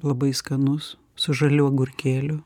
labai skanus su žaliu agurkėliu